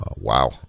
wow